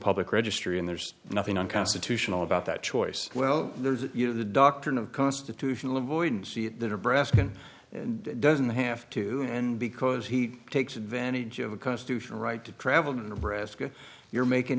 public registry and there's nothing unconstitutional about that choice well there's the doctrine of constitutional avoidance see it that a brass can and doesn't have to and because he takes advantage of a constitutional right to travel to nebraska your mak